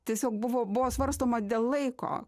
tiesiog buvo buvo svarstoma dėl laiko